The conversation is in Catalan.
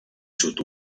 sud